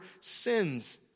sins